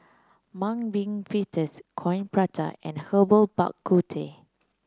Mung Bean Fritters Coin Prata and Herbal Bak Ku Teh